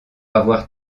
avoir